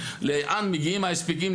לאן מגיעים ההספקים,